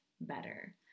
better